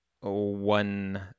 one